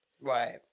Right